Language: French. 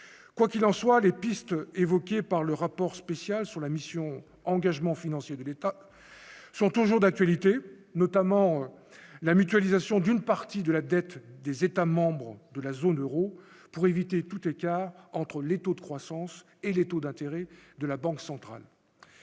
quoi qu'il en soit, les pistes évoquées par le rapport spécial sur la mission engagement financier de l'État sont toujours d'actualité, notamment la mutualisation d'une partie de la dette des États membres de la zone Euro pour éviter toute écart entre les taux de croissance et les taux d'intérêt de la Banque centrale